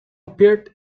appeared